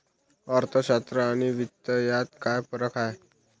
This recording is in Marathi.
अर्थशास्त्र आणि वित्त यात काय फरक आहे